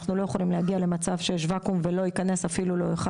לא יכולים להגיע למצב שיש וואקום ולא ייכנס אפילו לא אחד.